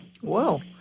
Whoa